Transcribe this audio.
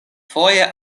foje